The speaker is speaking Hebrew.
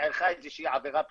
נעשתה איזה שהיא עבירה פלילית.